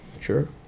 Sure